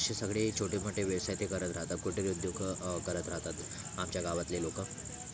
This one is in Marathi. असे सगळे छोटे मोठे व्यवसाय ते करत राहतात कुटीर उद्योग करत राहतात आमच्या गावातले लोक